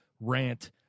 Rant